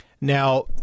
Now